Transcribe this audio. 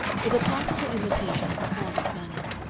with a passable imitation of her father's manner.